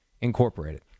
Incorporated